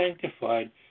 sanctified